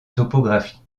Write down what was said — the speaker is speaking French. topographie